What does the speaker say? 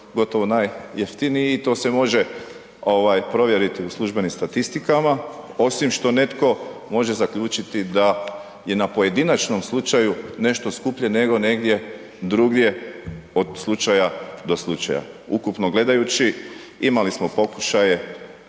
gotovo najjeftiniji i to se može provjeriti u službenim statistikama, osim što netko može zaključiti da je na pojedinačnom slučaju nešto skuplje nego negdje drugdje od slučaja do slučaja. Ukupno gledajući, imali smo pokušaje